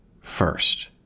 first